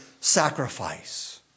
sacrifice